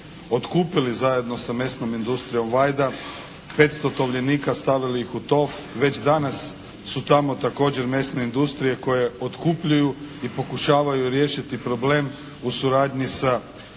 otkupili zajedno sa mesnom industrijom "Vajda" petsto tovljenika, stavili ih u tov. Već danas su tamo također mesne industrije koje otkupljuju i pokušavaju riješiti problem u suradnji sa